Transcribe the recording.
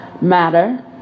matter